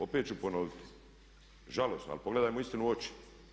Opet ću ponoviti, žalosno ali pogledajmo istini u oči.